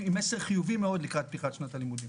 עם מסר חיובי מאוד לקראת פתיחת שנת הלימודים.